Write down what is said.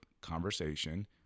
conversation